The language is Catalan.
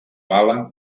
bales